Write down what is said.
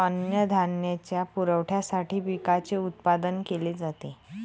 अन्नधान्याच्या पुरवठ्यासाठी पिकांचे उत्पादन केले जाते